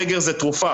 סגר זה תרופה.